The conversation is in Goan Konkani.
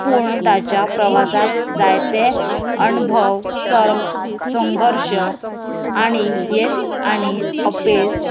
पूण ताच्या प्रवासांत जायते अणभव सर संघर्श आनी येस आनी अपेस